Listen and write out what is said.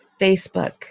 Facebook